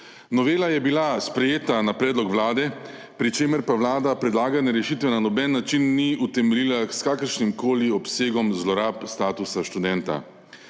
Novela je bila sprejeta na predlog Vlade, pri čemer pa Vlada predlagane rešitve na noben način ni utemeljila s kakršnimkoli obsegom zlorab statusa študenta.